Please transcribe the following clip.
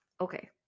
Okay